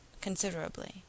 considerably